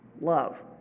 Love